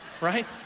right